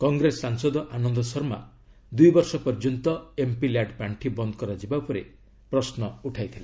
କଂଗ୍ରେସ ସାଂସଦ ଆନନ୍ଦ ଶର୍ମା ଦୁଇବର୍ଷ ପର୍ଯ୍ୟନ୍ତ ଏମ୍ପି ଲ୍ୟାଡ ପାର୍ଷି ବନ୍ଦ କରାଯିବା ଉପରେ ପ୍ରଶ୍ନ ଉଠାଇଥିଲେ